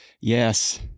Yes